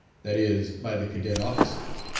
that is, by the cadet officers,